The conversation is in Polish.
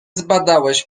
zbadałeś